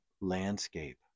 landscape